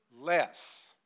less